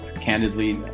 candidly